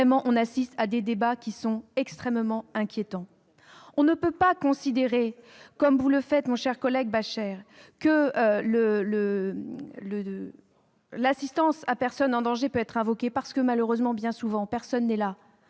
on assiste à des débats extrêmement inquiétants. On ne peut considérer comme vous le faites, mon cher collègue Bascher, que l'assistance à personne en danger peut être invoquée, parce que, malheureusement, bien souvent, personne n'est là